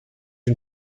une